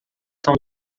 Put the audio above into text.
são